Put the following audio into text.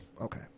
okay